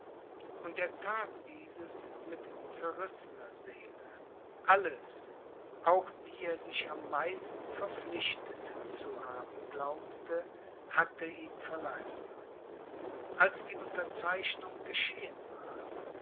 und er that dieses mit zerrissener seele alles auch die er sich am meisten verpflichtet zu haben glaubte hatte ihn verlassen als die unterzeichnung geschehen war